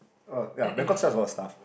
oh yea Bangkok sells a lot of stuff